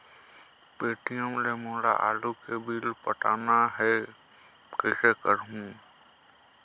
Paytm ले मोला आलू के बिल पटाना हे, कइसे करहुँ?